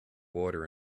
water